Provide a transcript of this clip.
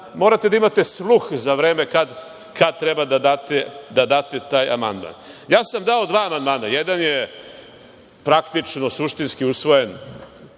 Morate da imate sluh za to kada treba da date taj amandman. Dao sam dva amandmana. Jedan je praktično, suštinski usvojen